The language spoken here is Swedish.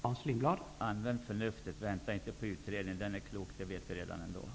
Herr talman! Använd förnuftet. Vänta inte på utredningen. Den är klok. Det vet vi redan i dag.